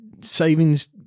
savings